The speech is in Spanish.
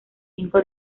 cinco